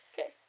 Okay